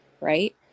right